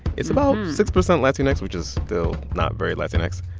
it's about six percent latinx, which is still not very latinx.